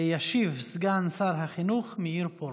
ישיב סגן שר החינוך מאיר פרוש.